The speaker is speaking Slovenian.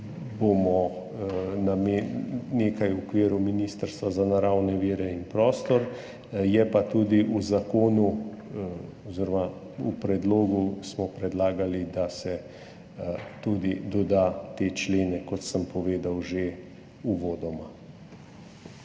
bomo nekaj v okviru Ministrstva za naravne vire in prostor, je pa tudi v zakonu oziroma smo v predlogu predlagali, da se tudi doda te člene, kot sem povedal že uvodoma.